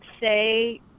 say